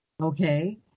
okay